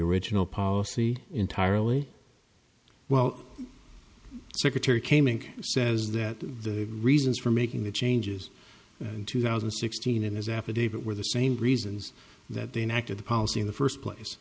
original policy entirely well secretary came in says that the reasons for making the changes in two thousand and sixteen in his affidavit were the same reasons that the an act of the policy in the first place